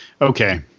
Okay